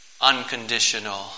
Unconditional